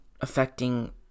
affecting